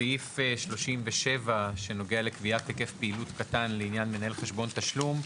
בסעיף 37 שנוגע לקביעת היקף פעילות קטן לעניין מנהל חשבון תשלום,